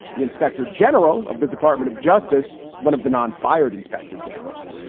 the inspector general of the department of justice, one of the non fired inspector generals,